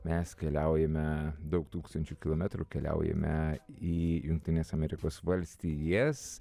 mes keliaujame daug tūkstančių kilometrų keliaujame į jungtines amerikos valstijas